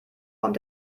kommt